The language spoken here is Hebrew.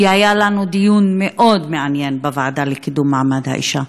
היה לנו דיון מאוד מעניין בוועדה לקידום מעמד האישה.